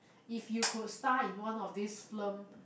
if you could star in one of this flim